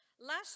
Last